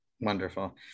Wonderful